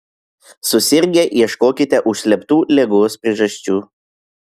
susirgę ieškokite užslėptų ligos priežasčių